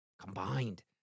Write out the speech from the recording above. Combined